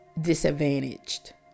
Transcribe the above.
disadvantaged